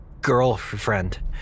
girlfriend